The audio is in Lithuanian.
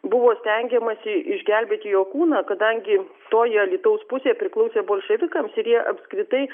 buvo stengiamasi išgelbėti jo kūną kadangi toji alytaus pusė priklausė bolševikams ir jie apskritai